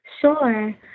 Sure